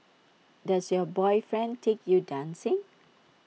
does your boyfriend take you dancing